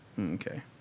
Okay